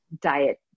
diet